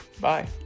Bye